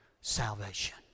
salvation